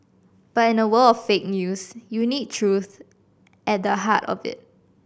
but in a world of fake news you need truth at the heart of it